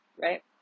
Right